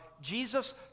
jesus